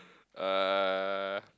uh